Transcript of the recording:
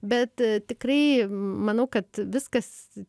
bet tikrai manau kad viskas